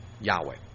Yahweh